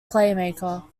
playmaker